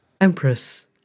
empress